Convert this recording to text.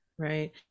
right